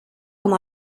com